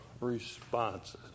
responses